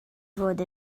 fod